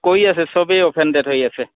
কৈ আছে চবেই হৈ আছে